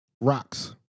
rocks